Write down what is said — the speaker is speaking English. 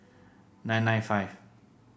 nine nine five